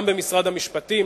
גם במשרד המשפטים,